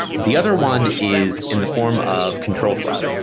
the other one is in the form of control flow.